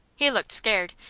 he looked scared.